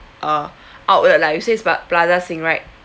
uh outlet lah you say it's pl~ plaza sing right